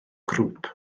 grŵp